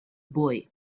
boy